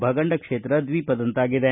ಭಗಂಡಕ್ಷೇತ್ರ ದ್ವೀಪದಂತಾಗಿದೆ